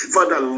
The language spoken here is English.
Father